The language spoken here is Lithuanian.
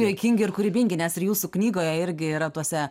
juokingi ir kūrybingi nes ir jūsų knygoje irgi yra tuose